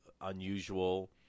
unusual